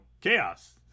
chaos